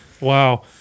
Wow